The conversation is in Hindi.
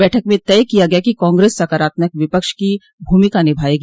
बैठक में तय किया गया कि कांग्रेस सकारात्मक विपक्ष की भूमिका निभायेगी